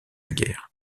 guerre